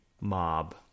mob